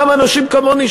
גם אנשים כמוני,